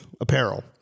apparel